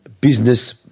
business